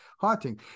haunting